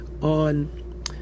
on